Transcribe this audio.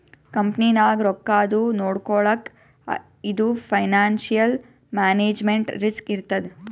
ಕಂಪನಿನಾಗ್ ರೊಕ್ಕಾದು ನೊಡ್ಕೊಳಕ್ ಇದು ಫೈನಾನ್ಸಿಯಲ್ ಮ್ಯಾನೇಜ್ಮೆಂಟ್ ರಿಸ್ಕ್ ಇರ್ತದ್